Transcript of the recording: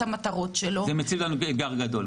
המטרות שלו --- זה מציב לנו אתגר גדול,